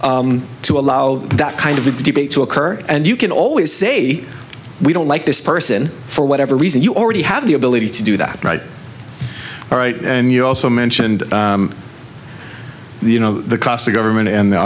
to allow that kind of a debate to occur and you can always say we don't like this person for whatever reason you already have the ability to do that all right and you also mentioned the you know the cost of government and the